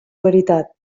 veritat